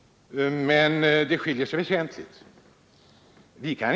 Men det finns också väsentliga skillnader.